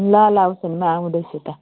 ल ल उसो भने म आउँदैछु त